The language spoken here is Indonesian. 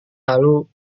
lalu